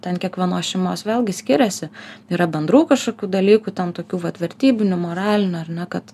ten kiekvienos šeimos vėlgi skiriasi yra bendrų kašokių dalykų ten tokių vat vertybinių moralinių ar ne kad